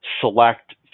select